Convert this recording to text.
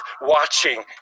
watching